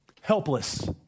helpless